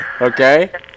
Okay